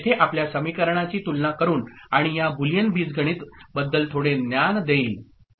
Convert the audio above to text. येथे आपल्या समीकरणाची तुलना करून आणि या बुलियन बीजगणित बद्दल थोडे ज्ञान देईल ओके